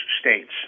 states